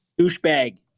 douchebag